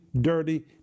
dirty